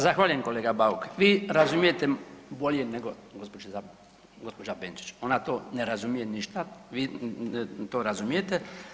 Zahvaljujem kolega Bauk, vi razumijete bolje nego gospođa Benčić, ona to ne razumije ništa, vi to razumijete.